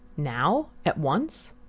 now at once?